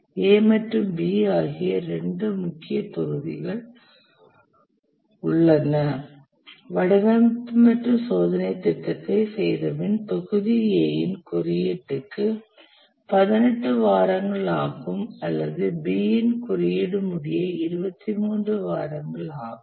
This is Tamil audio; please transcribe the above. A மற்றும் B ஆகிய இரண்டு முக்கிய தொகுதிகள் உள்ளன வடிவமைப்பு மற்றும் சோதனைத் திட்டத்தைச் செய்தபின் தொகுதி A இன் குறியீட்டுக்கு 18 வாரங்கள் ஆகும் அல்லது B இன் குறியீட்டு முடிய 23 வாரங்கள் ஆகும்